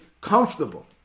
comfortable